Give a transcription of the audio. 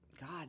God